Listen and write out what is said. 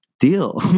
deal